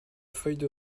feuille